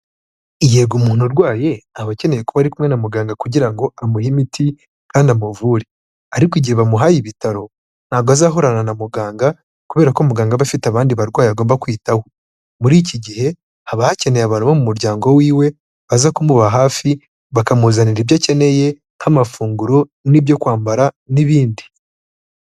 Yego umuntu urwaye, aba akeneye kuba ari kumwe na muganga kugira ngo amuhe imiti kandi amuvure; ariko igihe bamuhaye ibitaro, ntabwo azahorana na muganga, kubera ko muganga aba afite abandi barwayi agomba kwitaho. Muri iki gihe, haba hakeneye abantu bo mu muryango w'iwe baza kumuba hafi, bakamuzanira ibyo akeneye nk'amafunguro n'ibyo kwambara n'ibindi.